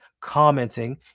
commenting